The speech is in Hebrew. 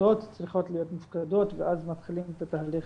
מפורטות צריכות להיות מופקדות ואז מתחילים את התהליך